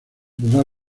podrá